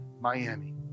Miami